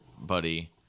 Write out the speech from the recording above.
buddy